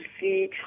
see